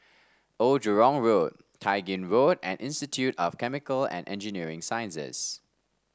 Old Jurong Road Tai Gin Road and Institute of Chemical and Engineering Sciences